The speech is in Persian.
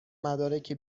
مدارک